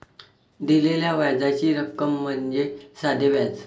दिलेल्या व्याजाची रक्कम म्हणजे साधे व्याज